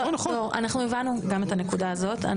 אנחנו הבנו גם את הנקודה הזאת,